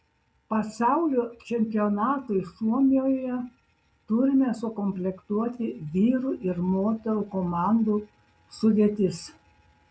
pasaulio čempionatui suomijoje turime sukomplektuoti vyrų ir moterų komandų sudėtis